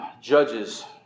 judges